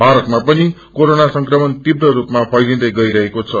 भारतमा पनि कोरोना संक्रमण तीव्र रूपमा फैलिदै गइरहेको छ